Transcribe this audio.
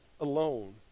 alone